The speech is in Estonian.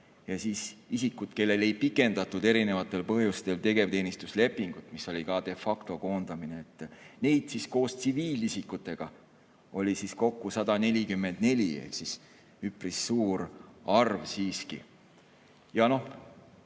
ja siis isikud, kellel ei pikendatud erinevatel põhjustel tegevteenistuslepingut, mis oli kade factokoondamine. Neid oli koos tsiviilisikutega kokku 144 ehk siis üpris suur arv siiski. Ma